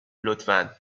لطفا